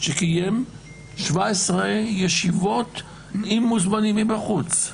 שקיים 17 ישיבות עם מוזמנים מבחוץ.